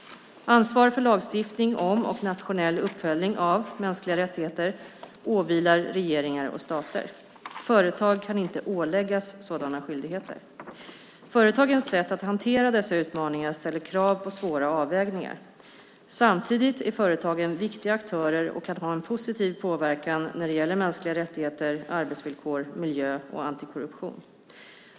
Ansvar för lagstiftning om och nationell uppföljning av mänskliga rättigheter åvilar regeringar och stater. Företag kan inte åläggas sådana skyldigheter. Företagens sätt att hantera dessa utmaningar ställer krav på svåra avvägningar. Samtidigt är företagen viktiga aktörer och kan ha en positiv påverkan när det gäller mänskliga rättigheter, arbetsvillkor, miljö och antikorruption.